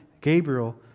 Gabriel